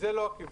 זה לא הכיוון.